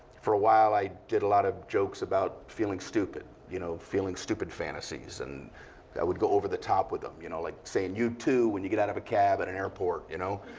for a while, i did a lot of jokes about feeling stupid. you know, feeling stupid fantasies. and but i would go over the top with them. you know, like saying you too when you get out of a cab at an airport. you know,